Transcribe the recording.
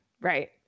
Right